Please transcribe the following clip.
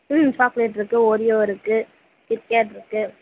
ம் சாக்லேட் இருக்குது ஓரியோ இருக்குது கிட் கேட் இருக்குது